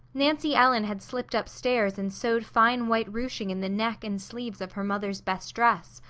nancy ellen had slipped upstairs and sewed fine white ruching in the neck and sleeves of her mother's best dress,